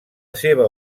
seva